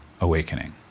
awakening